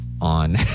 on